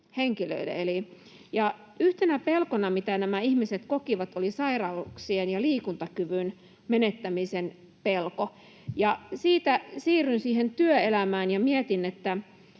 Yhtenä pelkona, mitä nämä ihmiset kokivat, oli sairauksien ja liikuntakyvyn menettämisen pelko. Siitä siirryn työelämään ja mietin, että